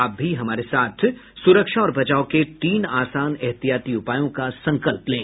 आप भी हमारे साथ सुरक्षा और बचाव के तीन आसान एहतियाती उपायों का संकल्प लें